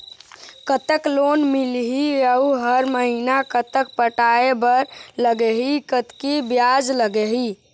कतक लोन मिलही अऊ हर महीना कतक पटाए बर लगही, कतकी ब्याज लगही?